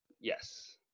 Yes